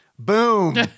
Boom